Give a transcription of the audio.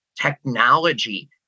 technology